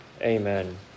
Amen